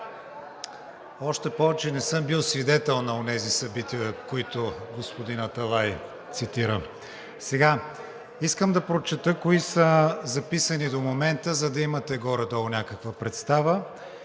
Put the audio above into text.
Още повече не съм бил свидетел на онези събития, които господин Аталай цитира. Сега искам да прочета кои са записани до момента, за да имате горе-долу някаква представа,